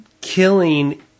killing